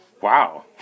Wow